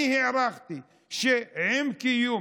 אני הערכתי שעם קיום